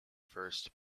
first